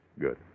Good